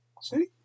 See